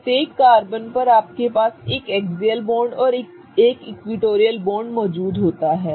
प्रत्येक कार्बन पर आपके पास एक एक्सियल बॉन्ड और एक इक्विटोरियल बॉन्ड मौजूद होता है